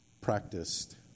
practiced